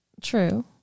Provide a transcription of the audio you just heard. True